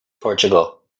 Portugal